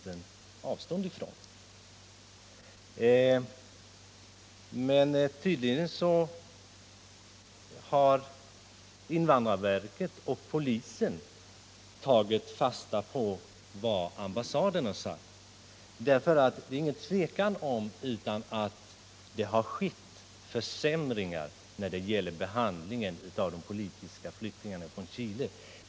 Men tydligen har invandrarverket och polisen tagit fasta på ambassadens uttalande. Det råder inget tvivel om att behandlingen av politiska flyktingar från Chile har försämrats.